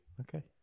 Okay